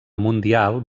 mundial